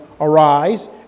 Arise